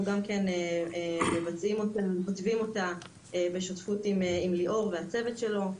אנחנו גם כן כותבים אותה בשותפות עם ליאור והצוות שלו.